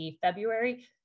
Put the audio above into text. February